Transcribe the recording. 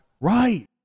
Right